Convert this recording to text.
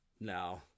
no